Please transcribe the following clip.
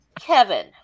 Kevin